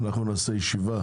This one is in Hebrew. אנחנו נעשה ישיבה